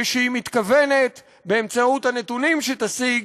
ושהיא מתכוונת, באמצעות הנתונים שתשיג,